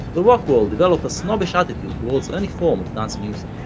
the rock world developed a snobbish attitude towards any form of dance music.